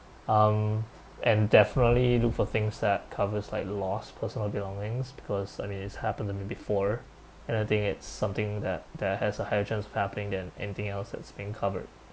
um and definitely look for things that covers like lost personal belongings because I mean it's happened to me before and I think it's something that that has a higher chance happening than anything else that's being covered